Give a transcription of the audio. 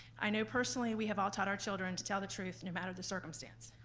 i know personally we have all taught our children to tell the truth no matter the circumstance.